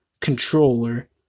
controller